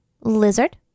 lizard